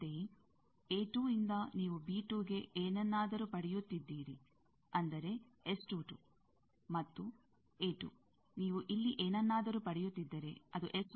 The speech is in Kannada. ಅಂತೆಯೇ ಯಿಂದ ನೀವು ಗೆ ಏನನ್ನಾದರೂ ಪಡೆಯುತ್ತಿದ್ದೀರಿ ಅಂದರೆ ಮತ್ತು ನೀವು ಇಲ್ಲಿ ಏನನ್ನಾದರೂ ಪಡೆಯುತ್ತಿದ್ದರೆ ಅದು ಆಗಿದೆ